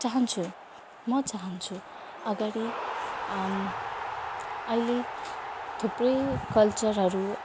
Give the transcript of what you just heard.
चाहन्छौँ म चाहन्छु अगाडि अहिले थुप्रै कल्चरहरू